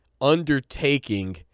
undertaking